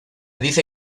dice